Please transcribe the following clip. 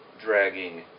dragging